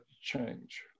change